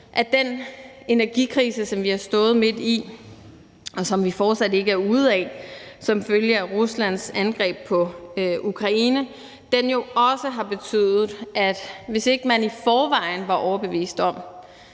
at den energikrise, som vi har stået midt i, og som vi fortsat ikke er ude af, som følge af Ruslands angreb på Ukraine, jo også har betydet, at hvis ikke vi i forvejen var overbevist om,